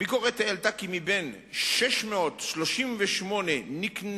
הביקורת העלתה כי מבין 638 נקנסים